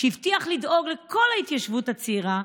שהבטיח לדאוג לכל ההתיישבות הצעירה,